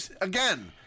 Again